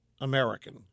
American